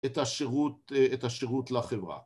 ‫את השירות לחברה.